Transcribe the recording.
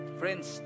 friends